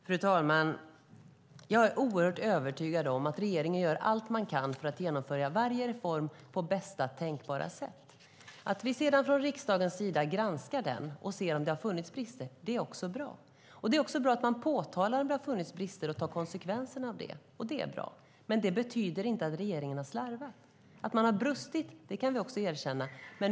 Fru talman! Jag är helt övertygad om att regeringen gör allt man kan för att genomföra varje reform på bästa tänkbara sätt. Att vi från riksdagens sida granskar det och ser om det har funnits brister är bra. Det är också bra att man påtalar om det har funnits brister och tar konsekvensen av det. Det betyder inte att regeringen har slarvat. Att man har brustit kan vi erkänna.